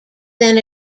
then